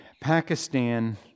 Pakistan